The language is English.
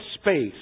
space